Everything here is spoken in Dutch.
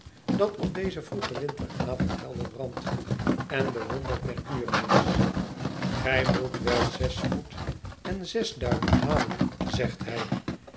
dat op dezen vroegen winteravond helder brandt en bewondert mercurius gij moet wel zes voet en twee duim halen zegt hij